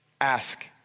Ask